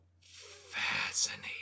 Fascinating